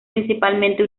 principalmente